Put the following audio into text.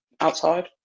outside